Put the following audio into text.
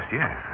yes